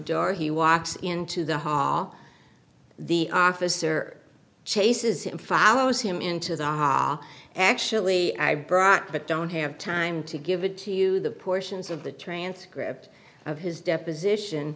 door he walks into the hall the officer chases him follows him into the hall actually i brought but don't have time to give it to you the portions of the transcript of his deposition